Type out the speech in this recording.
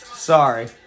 Sorry